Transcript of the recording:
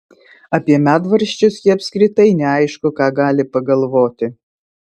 apie medvaržčius ji apskritai neaišku ką gali pagalvoti